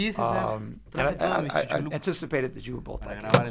um and i anticipated that you would both like it